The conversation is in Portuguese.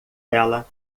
ela